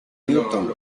newton